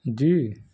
جی